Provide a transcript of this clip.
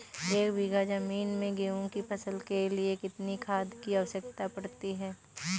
एक बीघा ज़मीन में गेहूँ की फसल के लिए कितनी खाद की आवश्यकता पड़ती है?